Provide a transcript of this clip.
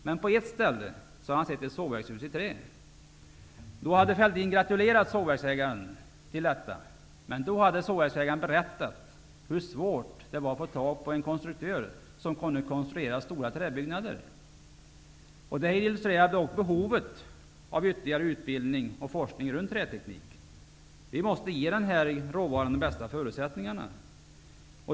Men på ett ställe hade han sett ett sågverkshus i trä. När Fälldin hade gratulerat sågverksägaren till detta hade sågverksägaren berättat hur svårt det var att få tag i en konstruktör som kunde konstruera stora träbyggnader. Detta illustrerar behovet av ytterligare utbildning och forskning runt träteknik. Vi måste ge denna råvara de bästa förutsättningar.